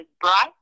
bright